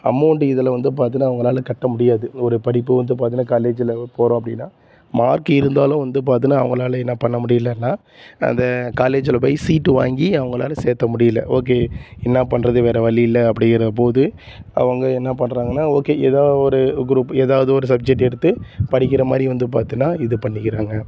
amount இதில் வந்து பார்த்தீன்னா அவங்களால கட்ட முடியாது ஒரு படிப்பு வந்து பார்த்தீன்னா காலேஜில் போகிறோம் அப்படின்னா மார்க் இருந்தாலும் வந்து பார்த்தீன்னா அவங்களால என்ன பண்ண முடியலன்னா அந்த காலேஜில் போய் சீட்டு வாங்கி அவங்களால சேர்த்த முடியலை ஓகே என்ன பண்ணுறது வேறு வழி இல்லை அப்படிங்கிற போது அவங்க என்ன பண்ணுறாங்கன்னா ஓகே ஏதோ ஒரு க்ரூப் ஏதாவது ஒரு சப்ஜெக்ட் எடுத்து படிக்கிற மாதிரி வந்து பார்த்தீன்னா இது பண்ணிக்கிறாங்க